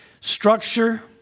structure